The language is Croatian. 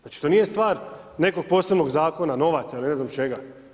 Znači to nije stvar nekog posebnog zakona, novaca ili ne znam čega.